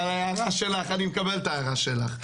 אבל ההערה שלך, אני מקבל את ההערה שלך.